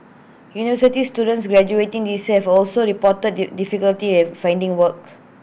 university students graduating this year have also reported difficulty in finding work